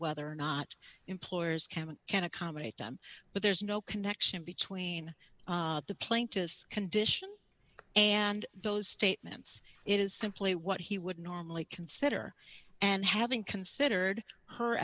whether or not employers can can accommodate them but there's no connection between the plaintiff's condition and those statements it is simply what he would normally consider and having considered her